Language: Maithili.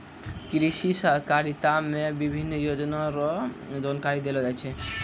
कृषि सहकारिता मे विभिन्न योजना रो जानकारी देलो जाय छै